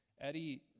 Eddie